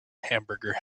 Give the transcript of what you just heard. hamburger